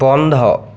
বন্ধ